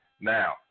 Now